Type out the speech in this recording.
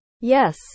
Yes